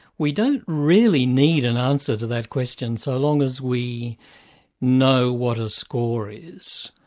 we don't really need an answer to that question, so long as we know what a score is.